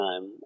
time